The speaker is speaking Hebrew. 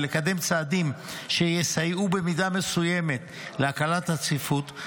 ולקדם צעדים שיסייעו במידה מסוימת להקלת הצפיפות,